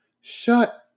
shut